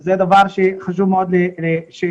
זה דבר שחשוב מאוד שיטופל.